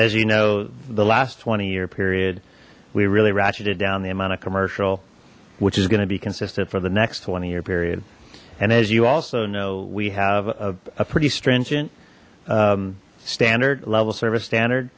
and as you know the last twenty year period we really ratcheted down the amount of commercial which is going to be consistent for the next twenty year period and as you also know we have a pretty stringent standard level service standard